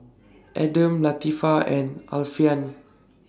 Adam Latifa and Alfian